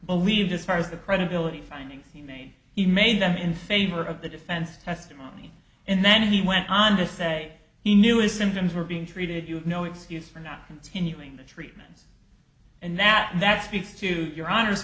believed as far as the credibility findings he made he made them in favor of the defense testimony and then he went on to say he knew his symptoms were being treated you have no excuse for not continuing the treatments and that that speaks to your honor